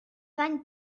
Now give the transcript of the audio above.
vingt